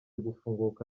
gufunguka